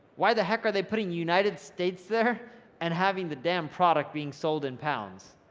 why the heck are they putting united states there and having the damn product being sold in pounds,